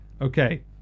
Okay